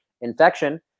infection